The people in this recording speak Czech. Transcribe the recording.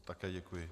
Také děkuji.